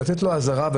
לתת לו אזהרה.